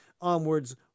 onwards